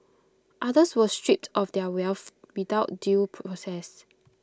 others were stripped of their wealth without due process